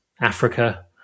Africa